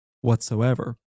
whatsoever